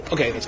Okay